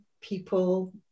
people